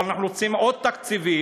אבל אנחנו רוצים עוד תקציבים,